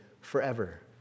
forever